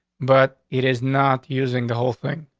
but it is not using the whole thing.